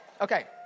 Okay